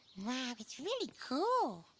wow, it's really cool.